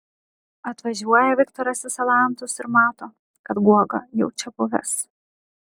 atvažiuoja viktoras į salantus ir mato kad guoga jau čia buvęs